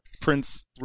Prince